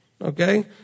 okay